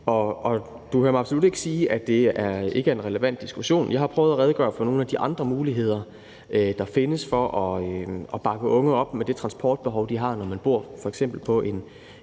Og du hører mig absolut ikke sige, at det ikke er en relevant diskussion. Jeg har prøvet at redegøre for nogle af de andre muligheder, der findes, for at bakke unge op i forhold til det transportbehov, de har, når de f.eks. bor på en